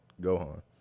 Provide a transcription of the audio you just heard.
Gohan